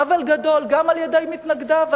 עוול גדול גם על-ידי מתנגדיו,